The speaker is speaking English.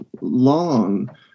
long